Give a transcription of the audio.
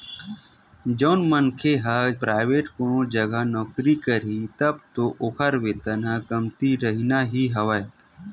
जउन मनखे मन ह पराइवेंट कोनो जघा नौकरी करही तब तो ओखर वेतन ह कमती रहिना ही हवय